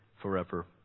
forever